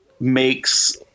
makes